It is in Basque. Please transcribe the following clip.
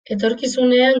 etorkizunean